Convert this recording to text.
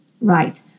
Right